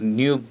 new